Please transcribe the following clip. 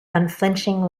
unflinching